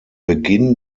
beginn